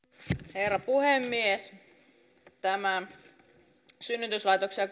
herra puhemies tätä synnytyslaitoksia